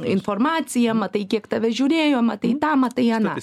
informaciją matai kiek tave žiūrėjo matai tą matai aną